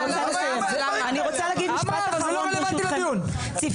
אז למה היא אומרת דברים כאלה אבל?